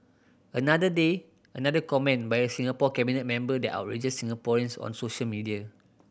another day another comment by a Singapore cabinet member that outrages Singaporeans on social media